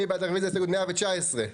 מי בעד רביזיה להסתייגות מספר 115?